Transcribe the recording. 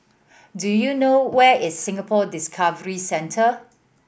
do you know where is Singapore Discovery Centre